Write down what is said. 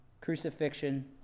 Crucifixion